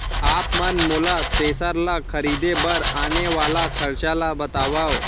आप मन मोला थ्रेसर ल खरीदे बर आने वाला खरचा ल बतावव?